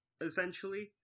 essentially